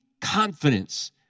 confidence